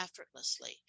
effortlessly